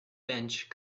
bench